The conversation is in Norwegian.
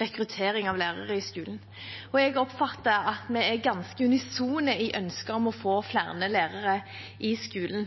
rekruttering av lærere i skolen, og jeg oppfatter at vi er ganske unisone i ønsket om å få flere lærere i skolen.